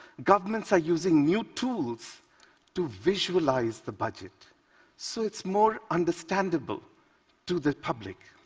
governments are using new tools to visualize the budget so it's more understandable to the public.